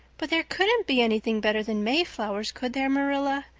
but there couldn't be anything better than mayflowers, could there, marilla?